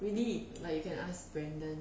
really like you can ask brandon